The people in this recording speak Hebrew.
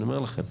אני אומר לכם,